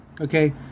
Okay